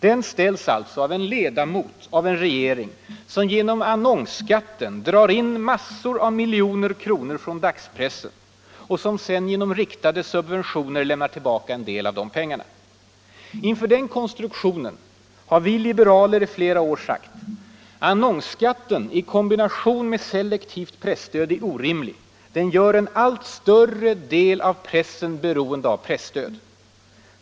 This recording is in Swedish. Den ställs alltså av en ledamot av en regering som genom annonsskatten drar in massor av miljoner kronor från dagspressen och som sedan genom riktade subventioner lämnar tillbaka en del av de pengarna. Inför den konstruktionen har vi liberaler i flera år sagt: Annonsskatten i kombination med selektivt presstöd är orimlig — den gör en allt större del av pressen beroende av presstöd.